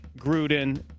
Gruden